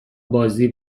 بازی